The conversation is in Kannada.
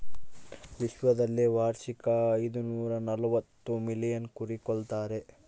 ವಿಶ್ವದಲ್ಲಿ ವಾರ್ಷಿಕ ಐದುನೂರನಲವತ್ತು ಮಿಲಿಯನ್ ಕುರಿ ಕೊಲ್ತಾರೆ